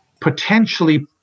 potentially